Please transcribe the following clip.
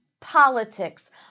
politics